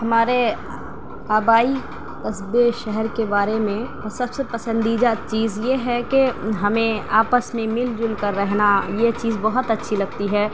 ہمارے آبائی قصبے شہر کے بارے میں سب سے پسندیدہ چیز یہ ہے کہ ہمیں آپس میں مل جل کر رہنا یہ چیز بہت اچّھی لگتی ہے